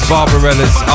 Barbarella's